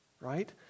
Right